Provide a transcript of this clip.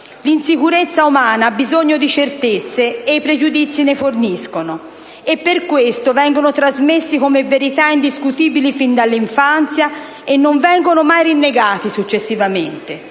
L'insicurezza umana ha bisogno di certezze, ed essi ne forniscono. (...) vengono trasmessi come verità indiscutibili fin dall'infanzia e non vengono mai rinnegati successivamente.